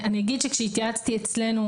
אני אגיד שכשהתייעצתי אצלנו,